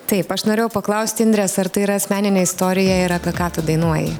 taip aš norėjau paklausti indrės ar tai yra asmeninė istorija ir apie ką tu dainuoji